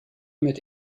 mit